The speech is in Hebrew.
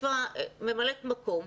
ממלאת מקום,